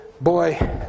boy